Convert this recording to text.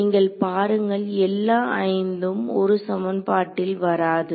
நீங்கள் பாருங்கள் எல்லா 5 ம் ஒரு சமன்பாட்டில் வராது